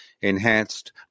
Enhanced